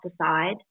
aside